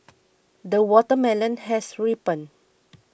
the watermelon has ripened